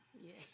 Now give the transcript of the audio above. Yes